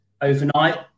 overnight